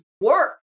work